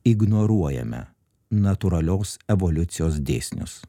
ignoruojame natūralios evoliucijos dėsnius